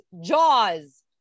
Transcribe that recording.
Jaws